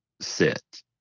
sit